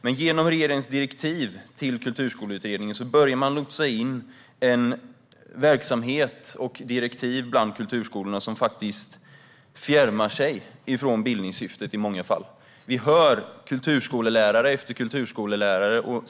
Men genom regeringens direktiv till Kulturskoleutredningen börjar man lotsa in en verksamhet bland kulturskolorna som faktiskt i många fall fjärmar sig från bildningssyftet. Vi hör vad kulturskollärare efter kulturskollärare säger.